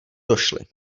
došli